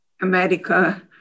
America